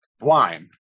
wine